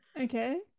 Okay